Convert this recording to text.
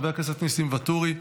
חבר הכנסת ניסים ואטורי,